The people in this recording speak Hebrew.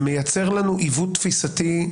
זה מייצר עיוות תפיסתי,